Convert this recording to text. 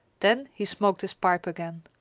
then he smoked his pipe again.